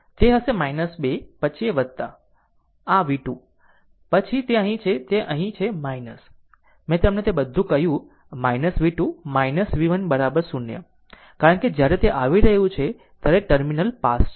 પછી તે હશે 2 પછી આ v2 પછી તે અહીં છે તે અહીં છે મેં તમને તે પછી બધું કહ્યું v2 v1 0 કારણ કે જ્યારે તે આવી રહ્યું છે ત્યારે ટર્મિનલ પાસ છે